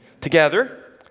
Together